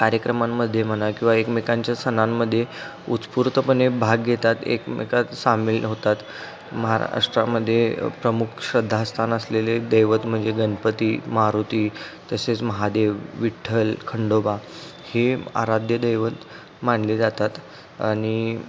कार्यक्रमांमध्ये म्हणा किंवा एकमेकांच्या सणांमध्ये उत्स्फूर्तपणे भाग घेतात एकमेकात सामील होतात महाराष्ट्रामध्ये प्रमुख श्रद्धास्थान असलेले दैवत म्हणजे गणपती मारुती तसेच महादेव विठ्ठल खंडोबा हे आराध्यदैवत मानले जातात आणि